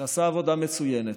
שעשה עבודה מצוינת,